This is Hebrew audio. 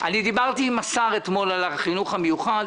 דיברתי עם השר אתמול על החינוך המיוחד,